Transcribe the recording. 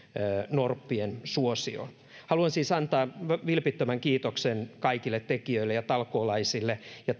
norppien suosioon haluan siis antaa vilpittömän kiitoksen kaikille tekijöille ja talkoolaisille ja